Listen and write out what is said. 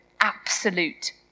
absolute